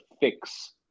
fix